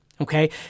Okay